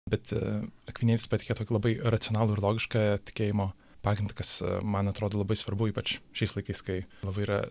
bet akvinietis pateikia tokį labai racionalų ir logišką tikėjimo pagrindą kas man atrodo labai svarbu ypač šiais laikais kai labai yra